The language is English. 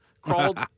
crawled